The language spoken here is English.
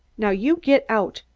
now, you get out!